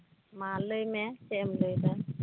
ᱢᱟ ᱞᱟᱹᱭᱢᱮ ᱪᱮᱫ ᱮᱢ ᱞᱟᱹᱭᱫᱟ